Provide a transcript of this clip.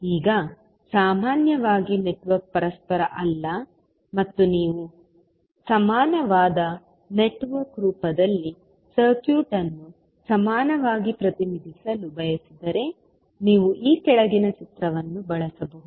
ಈಗ ಸಾಮಾನ್ಯವಾಗಿ ನೆಟ್ವರ್ಕ್ ಪರಸ್ಪರ ಅಲ್ಲ ಮತ್ತು ನೀವು ಸಮಾನವಾದ ನೆಟ್ವರ್ಕ್ ರೂಪದಲ್ಲಿ ಸರ್ಕ್ಯೂಟ್ ಅನ್ನು ಸಮಾನವಾಗಿ ಪ್ರತಿನಿಧಿಸಲು ಬಯಸಿದರೆ ನೀವು ಈ ಕೆಳಗಿನ ಚಿತ್ರವನ್ನು ಬಳಸಬಹುದು